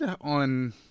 on